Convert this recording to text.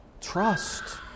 Trust